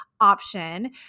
option